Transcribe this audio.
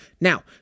Now